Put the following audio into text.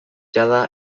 jada